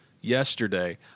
yesterday